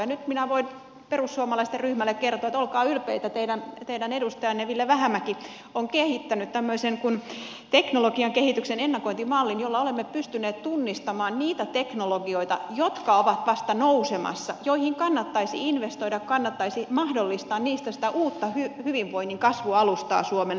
ja nyt minä voin perussuomalaisten ryhmälle kertoa että olkaa ylpeitä teidän edustajanne ville vähämäki on kehittänyt tämmöisen kuin teknologian kehityksen ennakointimallin jolla olemme pystyneet tunnistamaan niitä teknologioita jotka ovat vasta nousemassa joihin kannattaisi investoida kannattaisi mahdollistaa niistä sitä uutta hyvinvoinnin kasvualustaa suomelle työtä